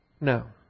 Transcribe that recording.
No